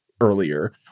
earlier